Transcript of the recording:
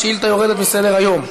השאילתה יורדת מסדר-היום.